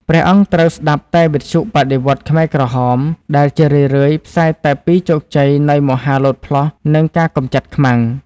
ព្រះអង្គត្រូវស្ដាប់តែវិទ្យុបដិវត្តន៍ខ្មែរក្រហម ដែលជារឿយៗផ្សាយតែពីជោគជ័យនៃមហាលោតផ្លោះ និងការកម្ចាត់ខ្មាំង។